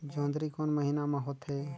जोंदरी कोन महीना म होथे?